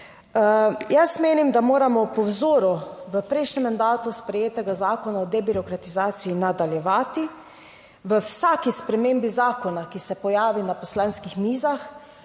Jaz menim, da moramo po vzoru v prejšnjem mandatu sprejetega Zakona o debirokratizaciji nadaljevati. V vsaki spremembi zakona, ki se pojavi na poslanskih mizah